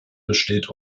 besteht